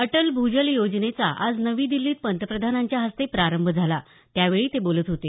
अटल भूजल योजनेचा आज नवी दिल्लीत पंतप्रधानांच्या हस्ते प्रारंभ झाला त्यावेळी ते बोलत होते